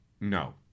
No